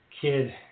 kid